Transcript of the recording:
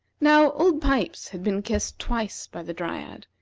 now, old pipes had been kissed twice by the dryad,